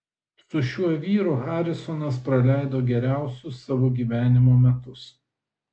su šiuo vyru harisonas praleido geriausius savo gyvenimo metus